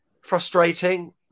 frustrating